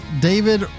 David